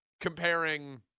comparing